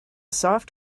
soft